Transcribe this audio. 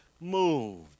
moved